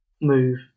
move